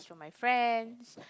for my friends